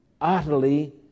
utterly